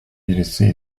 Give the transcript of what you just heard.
birisi